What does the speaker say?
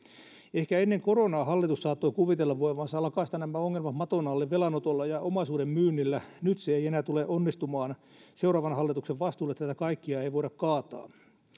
ehkä ennen koronaa hallitus saattoi kuvitella voivansa lakaista nämä ongelmat maton alle velanotolla ja omaisuuden myynnillä nyt se ei enää tule onnistumaan seuraavan hallituksen vastuulle tätä kaikkea ei voida kaataa valtiovarainvaliokunnan